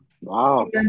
Wow